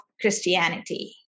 christianity